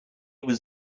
was